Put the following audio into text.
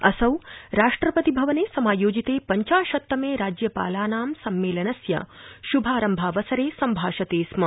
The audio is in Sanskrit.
असौ राष्ट्रपतिभवने समायोजिते पञ्चाशत्तमे राज्यपालानाम् सम्मेलस्य श्भारम्भावसरे सम्भाषते स्म